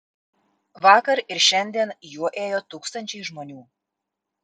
vakar ir šiandien juo ėjo tūkstančiai žmonių